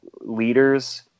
leaders